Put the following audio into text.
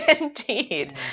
Indeed